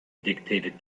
dictated